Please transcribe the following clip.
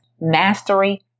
Mastery